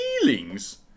feelings